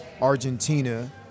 Argentina